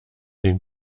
den